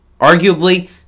Arguably